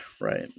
Right